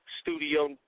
studio